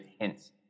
hints